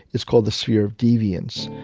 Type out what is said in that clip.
is called the sphere of deviance.